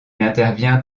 intervient